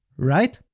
right?